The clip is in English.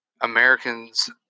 Americans